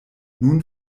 nun